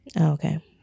Okay